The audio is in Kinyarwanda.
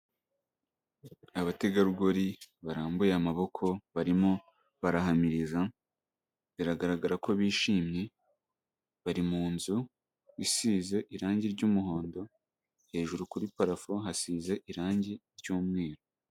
Abategarugori barambuye amaboko barimo barahamiriza biragaragara ko bishimye, bari mu nzu isize irangi ry'umuhondo, hejuru kuri parafo hasize irangi ry'umweru.